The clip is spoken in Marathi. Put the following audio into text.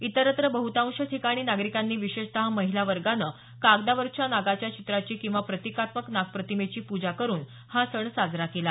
इतरत्र बहुतांश ठिकाणी नागरिकांनी विशेषत महिला वर्गानं कागदारवरच्या नागाच्या चित्राची किंवा प्रतिकात्मक नागप्रतिमेची पूजा करून हा सण साजरा केला